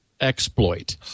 exploit